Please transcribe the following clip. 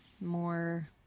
more